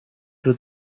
روی